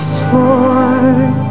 torn